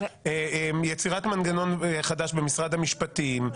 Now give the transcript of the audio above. יצירת מנגנון חדש במשרד המשפטים,